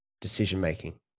decision-making